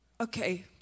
okay